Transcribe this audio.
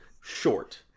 short